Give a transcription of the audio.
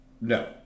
No